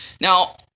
Now